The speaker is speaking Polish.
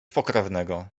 pokrewnego